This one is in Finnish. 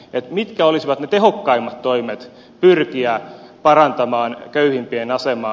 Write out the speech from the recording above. mitkä olisivat ne tehokkaimmat toimet pyrkiä parantamaan köyhimpien asemaa